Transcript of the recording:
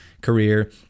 career